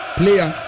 player